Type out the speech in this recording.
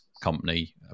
company